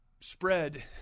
spread